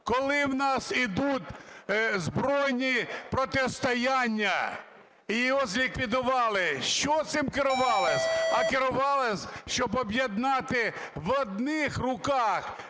коли в нас йдуть збройні протистояння, і його зліквідували? Що цим керувало? А керувало, щоб об'єднати в одних руках